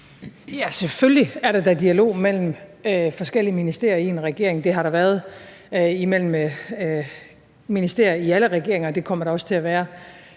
Selvfølgelig er der da dialog mellem forskellige ministerier i en regering. Det har der været mellem ministerier i alle regeringer, og det kommer der også til at være,